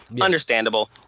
understandable